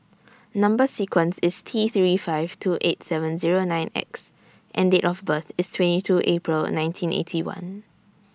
Number sequence IS T three five two eight seven Zero nine X and Date of birth IS twenty two April nineteen Eighty One